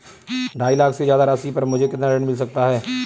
ढाई लाख से ज्यादा राशि पर मुझे कितना ऋण मिल सकता है?